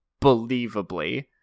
believably